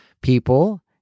people